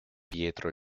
pietro